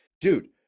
dude